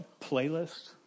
playlist